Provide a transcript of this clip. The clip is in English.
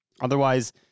otherwise